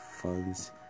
funds